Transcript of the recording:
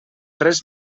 res